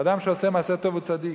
אדם שעושה מעשה טוב הוא צדיק.